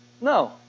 No